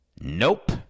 Nope